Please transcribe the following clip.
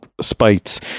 spites